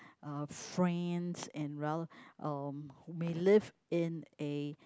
uh friends and rel~ uh may live in a